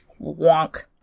Wonk